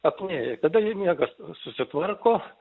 apnėją kada jei miegas susitvarko